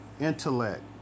intellect